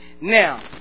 Now